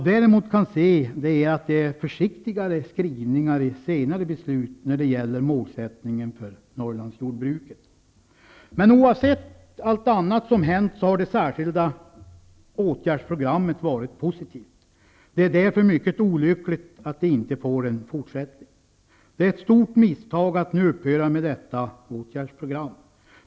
Däremot kan jag se att skrivningarna i senare beslut är försiktigare när det gäller målsättningen för Norrlandsjordbruket. Oavsett allt annat som hänt har det särskilda åtgärdsprogrammet varit positivt. Det är därför mycket olyckligt att det inte får en fortsättning. Det är ett stort misstag att nu upphöra med detta åtgärdsprogram.